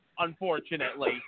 Unfortunately